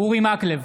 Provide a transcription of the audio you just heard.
אורי מקלב,